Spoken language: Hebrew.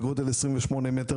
בגודל 28 מ"ר,